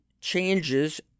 changes